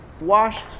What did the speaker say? washed